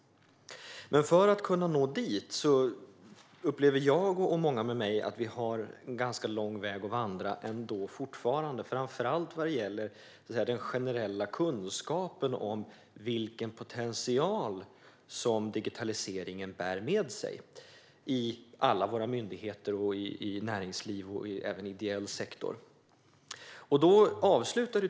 För att kunna nå dit upplever jag och många med mig att det fortfarande är en lång väg att vandra, framför allt vad gäller den generella kunskapen om vilken potential som digitaliseringen bär med sig i alla våra myndigheter, i näringsliv och i ideell sektor.